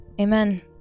amen